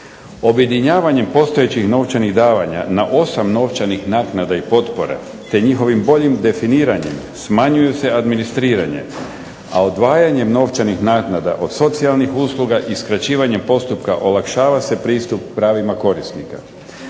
Objedinjavanjem postojećih novčanih davanja na 8 novčanih naknada i potpora te njihovim boljim definiranjem smanjuje se administriranje, a odvajanjem novčanih naknada od socijalnih usluga i skraćivanjem postupka olakšava se pristup pravima korisnika.